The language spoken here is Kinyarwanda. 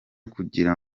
kugira